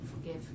forgive